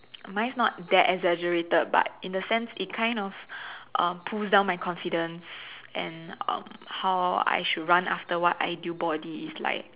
mine's not that exaggerated but in the sense it kind of um pulls down my confidence and um how I should run after what ideal body is like